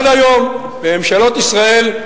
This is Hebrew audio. עד היום בממשלות ישראל,